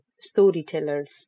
storytellers